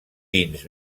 vins